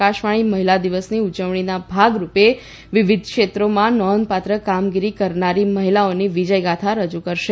આકાશવાણી મહિલા દિવસની ઉજવણીના ભાગરૂપે વિવિધ ક્ષેત્રોમાં નોંધપાત્ર કામગીરી કરનારી મહિલાઓની વિજયગાથા રજુ કરશે